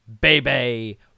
baby